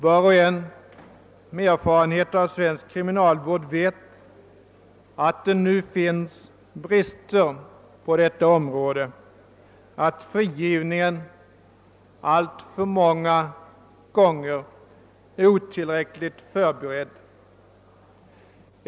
Var och en med erfarenhet av svensk kriminalvård vet att det nu finns brister på detta område, att frigivningen alltför många gånger är otillräckligt förberedd.